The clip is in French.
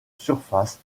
surface